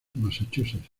massachusetts